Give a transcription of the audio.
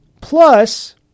plus